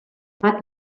pat